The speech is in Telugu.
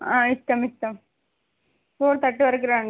ఇస్తాం ఇస్తాం ఫోర్ థర్టీ వరకు రం